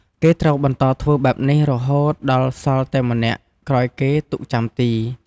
គេត្រូវបន្តធ្វើបែបនេះរហូតដល់សល់តែម្នាក់ក្រោយគេទុកចាំទី។